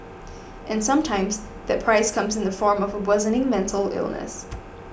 and sometimes that price comes in the form of a worsening mental illness